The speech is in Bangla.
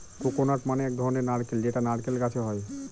কোকোনাট মানে এক ধরনের নারকেল যেটা নারকেল গাছে হয়